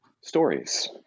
Stories